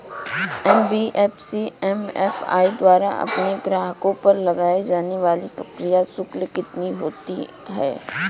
NBFC MFI द्वारा अपने ग्राहकों पर लगाए जाने वाला प्रक्रिया शुल्क कितना होता है?